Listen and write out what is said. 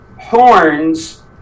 Horns